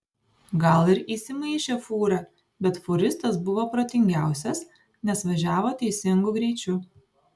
gal ir įsimaišė fūra bet fūristas buvo protingiausias nes važiavo teisingu greičiu